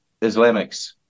Islamics